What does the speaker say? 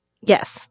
Yes